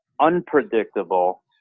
unpredictable